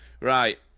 Right